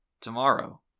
Tomorrow